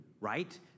right